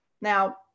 Now